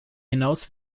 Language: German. hinaus